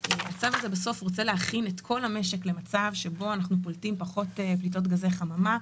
כי בסוף רוצים להכין את כל המשק למצב שבו אנחנו פולטים פחות גזי חממה.